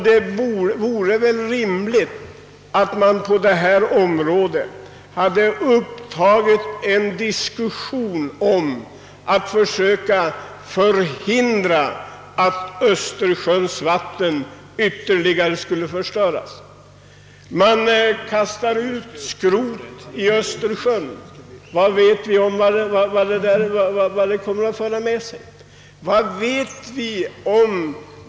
Då vore det väl rimligt att ta upp en diskussion om att söka förhindra att Östersjöns vatten förstördes ytterligare. Vi leder ut avfall i Östersjön, men vi vet inte vilka följder det kan få. Man kastar ut skrot i Östersjön. Vad vet vi om de följder som det kommer att föra med sig?